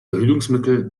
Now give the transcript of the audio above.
verhütungsmittel